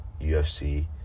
UFC